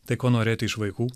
tai ko norėti iš vaikų